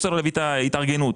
התארגנות,